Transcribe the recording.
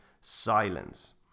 silence